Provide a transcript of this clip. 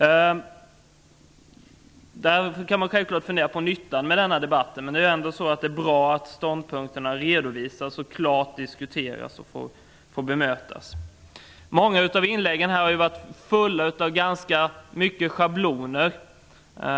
Självfallet kan man därför fundera över nyttan med denna debatt, men det är ändå bra att ståndpunkterna klart redovisas, diskuteras och kan bemötas. Många av inläggen här har ju varit fulla av schabloner.